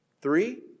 Three